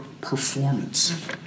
performance